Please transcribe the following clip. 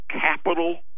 Capital